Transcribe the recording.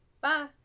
Bye